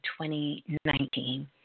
2019